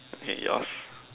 okay yours